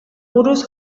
buruz